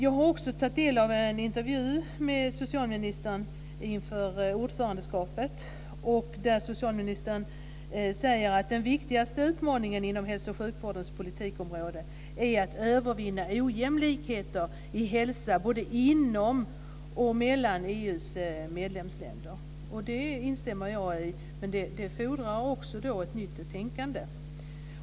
Jag har också studerat en intervju med socialministern inför ordförandeperioden där socialministern säger att den viktigaste utmaningen inom hälso och sjukvårdens politikområde är att övervinna ojämlikheter i hälsa både inom och mellan EU:s medlemsländer. Jag instämmer i det, men detta fordrar ett nytt tänkande.